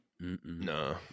no